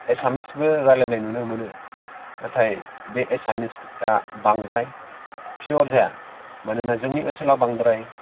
एसामिसबो रायज्लायनाय नुनो मोनो नाथाय बे एसामिसा बांद्राय पिअर जाया मानोना जोंनि ओनसोलाव बांद्राय